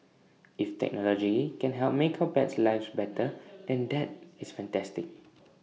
if technology can help make our pets lives better than that is fantastic